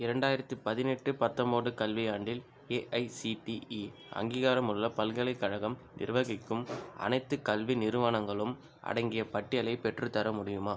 இரண்டாயிரத்தி பதினெட்டு பத்தொம்பது கல்வியாண்டில் ஏஐசிடிஇ அங்கீகாரமுள்ள பல்கலைக்கழகம் நிர்வகிக்கும் அனைத்துக் கல்வி நிறுவனங்களும் அடங்கிய பட்டியலை பெற்றுத்தர முடியுமா